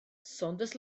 saunders